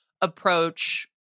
approach